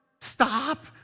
Stop